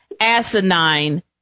asinine